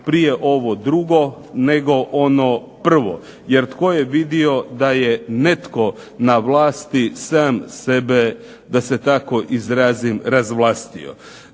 prije ovo drugo nego ono prvo, jer tko je vidio da je netko na vlasti sam sebe, da se tako izrazim, razvlastio.